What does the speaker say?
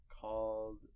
called